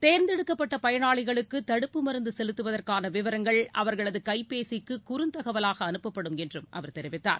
தேர்ந்தெடுக்கப்பட்ட பயனாளிகளுக்கு தடுப்பு மருந்து செலுத்துவதற்கான விவரங்கள் அவர்களது கைபேசிக்கு குறுந்தகவலாக அனுப்பப்படும் என்றும் அவர் தெரிவித்தார்